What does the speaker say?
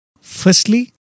Firstly